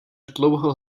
dlouho